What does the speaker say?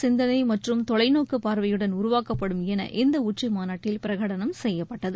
சிந்தனை மற்றும் தொலைநோக்கு பார்வையுடன் உருவாக்கப்படும் என இந்த உச்சிமாநாட்டில் பிரகடனம் செய்யப்பட்டது